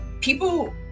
people